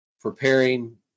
preparing